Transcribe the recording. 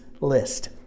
list